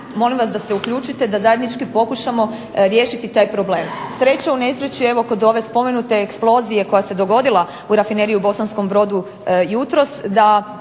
molim vas da se uključite da zajednički pokušamo riješiti taj problem. Sreća u nesreći, evo kod ove spomenute eksplozije koja se dogodila u rafineriji u Bosanskom Brodu jutros,